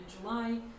July